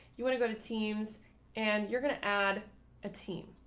you want to go to teams and you're going to add a team.